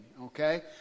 okay